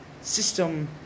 system